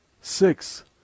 Six